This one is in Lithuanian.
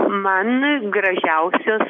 man gražiausios